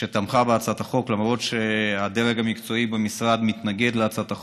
שתמכה בהצעת החוק למרות שהדרג המקצועי במשרד מתנגד להצעת החוק,